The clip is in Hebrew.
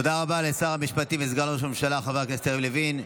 תודה רבה לשר המשפטים וסגן ראש הממשלה חבר הכנסת יריב לוין.